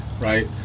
right